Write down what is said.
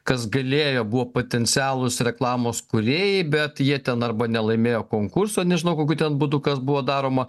kas galėjo buvo potencialūs reklamos kūrėjai bet jie ten arba nelaimėjo konkurso nežinau kokiu ten būdu kas buvo daroma